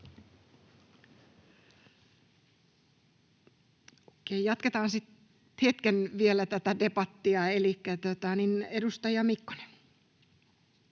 sitten hetken vielä tätä debattia. — Elikkä edustaja Mikkonen.